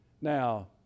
Now